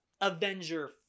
Avenger